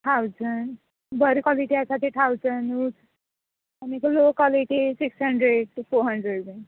thousand बरें quality आसा ते थावजंडच आनी low quality six hundred to four hundred B